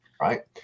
right